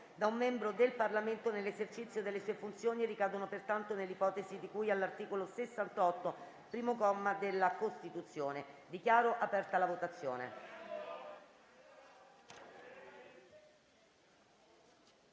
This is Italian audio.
da un membro del Parlamento nell'esercizio delle sue funzioni e ricadono pertanto nell'ipotesi di cui all'articolo 68, primo comma, della Costituzione. *(Segue la votazione).*